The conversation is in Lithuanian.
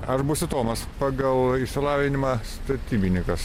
aš būsiu tomas pagal išsilavinimą statybininkas